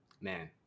man